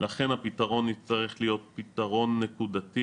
לכן הפתרון יצטרך להיות פתרון נקודתי